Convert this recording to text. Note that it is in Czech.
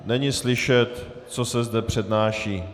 Není slyšet, co se zde přednáší.